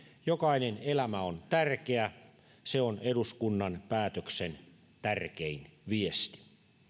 jokainen elämä on tärkeä se on eduskunnan päätöksen tärkein viesti